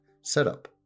setup